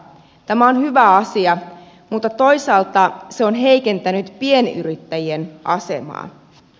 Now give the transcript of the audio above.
tämä on hyvä asia mutta toisaalta se on heikentänyt pienyrittäjien asemaa